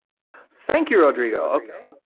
thank you rodrigo. ok.